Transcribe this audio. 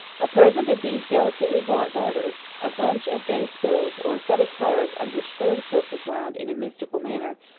a present of these delicately-wrought garters, a bunch of gay spills, or a set of cards on which sewing-silk was wound in a mystical manner,